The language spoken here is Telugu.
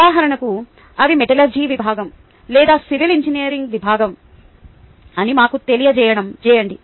ఉదాహరణకు అవి మెటలర్జీ విభాగం లేదా సివిల్ ఇంజనీరింగ్ విభాగం అని మాకు తెలియజేయండి